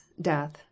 death